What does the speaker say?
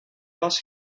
was